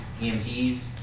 EMTs